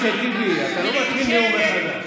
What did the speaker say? טיבי, אתה לא מתחיל נאום מחדש.